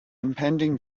impending